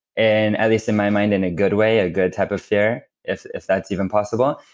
and at least in my mind in a good way, a good type of fear if if that's even possible.